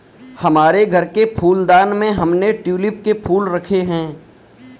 हमारे घर के फूलदान में हमने ट्यूलिप के फूल रखे हैं